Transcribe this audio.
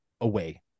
away